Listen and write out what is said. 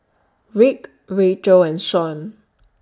Rick Racheal and shown